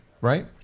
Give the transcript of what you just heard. right